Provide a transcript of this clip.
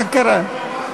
מה קרה?